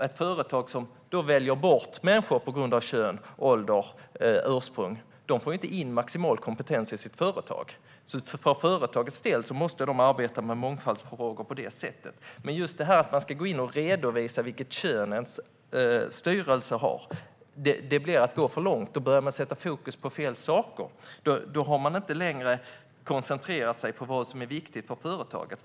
Ett företag som väljer bort människor på grund av kön, ålder eller ursprung får inte in maximal kompetens i sitt företag. För företagets egen skull måste det arbeta med mångfaldsfrågor på detta sätt. Detta att man ska gå in och redovisa vilket kön ens styrelsemedlemmar har är att gå för långt. Då börjar man sätta fokus på fel saker, och då har man inte längre koncentrerat sig på vad som är viktigt för företaget.